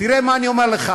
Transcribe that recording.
תראה מה אני אומר לך,